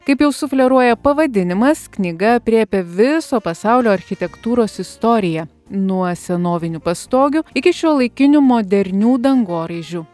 kaip jau sufleruoja pavadinimas knyga aprėpia viso pasaulio architektūros istoriją nuo senovinių pastogių iki šiuolaikinių modernių dangoraižių